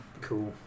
Cool